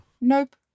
Nope